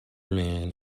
man